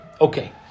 Okay